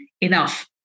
enough